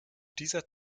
dieser